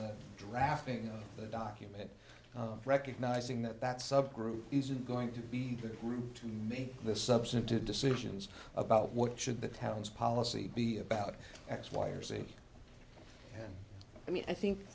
of drafting a document recognizing that that subgroup isn't going to be the group to make the substantive decisions about what should the towns policy be about x y or z i mean i think